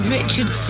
Richard